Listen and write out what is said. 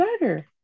better